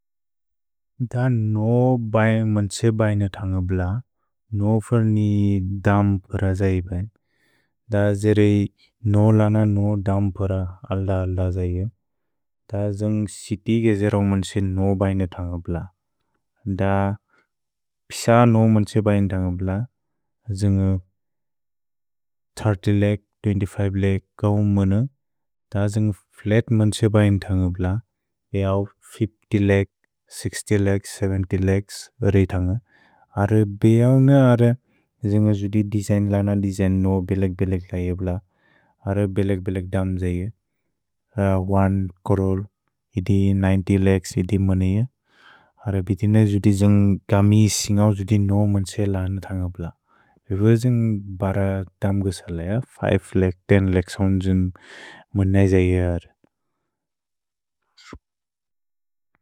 अ न् बय्न् मन् त्से बय्न् अन्गुब्ल, न् फुल्नि द्म् फुर जयिबय्न्। अ जेरे न् लन न् द्म् फुर अल्द अल्द जयिब्। अ जुन्ग् सिति के जेरो मन् त्से न् बय्न् अन्गुब्ल। अ पिस न् मन् त्से बय्न् अन्गुब्ल, जुन्ग् thirty lakh, twenty five lakh कौन् मुनु। अ जुन्ग् फ्लत् मन् त्से बय्न् अन्गुब्ल, ए अव् fifty lakh sixty lakh seventy lakh अरय् अन्गु। अर्रे बे अव्न अर्रे जुन्ग् जुदि दिजय्न् लन दिजय्न् न् बेलेग् बेलेग् कैब्ल। अर्रे बेलेग् बेलेग् द्म् जयिब्। अर्रे ओने च्रोरे, इति निन्त्य् लख् इति मुनि। अर्रे बितिने जुन्ग् जुन्ग् गमि इसिन्ग् अव् जुदि न् मन् त्से लन अन्गुब्ल। भेलेग् जुन्ग् बर द्म्गु सलय फिवे लख् तेन् लख् हुन्द्रेअद् मुन जयिर्।